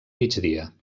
migdia